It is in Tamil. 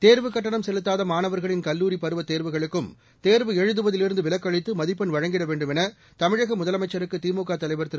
தேர்வுக் கட்டணம் செலுத்தாத மாணவர்களின் கல்லூரிப் பருவத் தேர்வுகளுக்கும் தேர்வு எழுதுவதிலிருந்து விலக்களித்து மதிப்பெண் வழங்கிட வேண்டும் என தமிழக முதலமைச்சருக்கு திமுக தலைவர் திரு